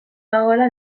dagoela